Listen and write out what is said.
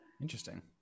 Interesting